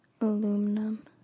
aluminum